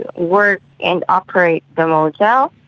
to work and operate the motel.